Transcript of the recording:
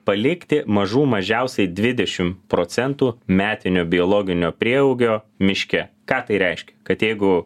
palikti mažų mažiausiai dvidešim procentų metinio biologinio prieaugio miške ką tai reiškia kad jeigu